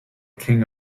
king